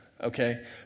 Okay